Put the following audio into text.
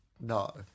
No